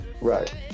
Right